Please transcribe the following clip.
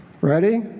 Ready